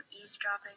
eavesdropping